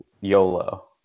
YOLO